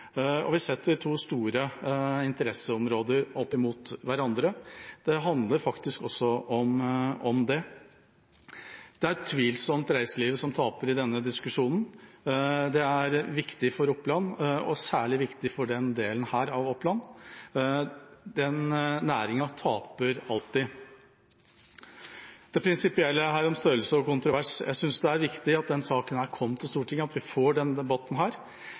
og vi setter to store interesseområder opp mot hverandre, det handler faktisk også om det. Det er utvilsomt reiselivet som taper i denne diskusjonen. Det er viktig for Oppland, og særlig viktig for denne delen av Oppland, og den næringa taper alltid. Det prinsipielle her er størrelse og kontrovers. Jeg synes det er viktig at denne saka kom til Stortinget, og at vi får denne debatten.